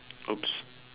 !oops!